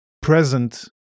present